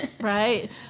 right